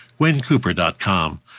GwenCooper.com